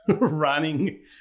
running